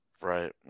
right